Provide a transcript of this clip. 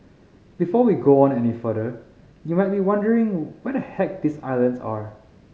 before we go on any further you might be wondering where the heck these islands are